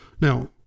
Now